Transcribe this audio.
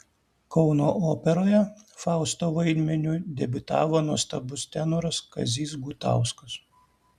kauno operoje fausto vaidmeniu debiutavo nuostabus tenoras kazys gutauskas